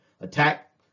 attack